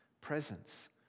presence